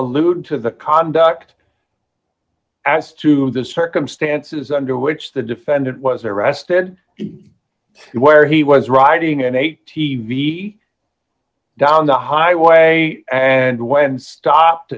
alluded to the conduct as to the circumstances under which the defendant was arrested where he was riding an a t v down the highway and when stopped